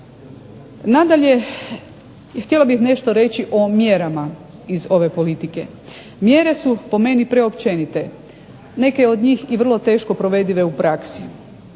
Nadalje, htjela bih nešto reći o mjerama iz ove politike. Mjere su po meni preopćenite, neke od njih i vrlo teško provedive u praksi.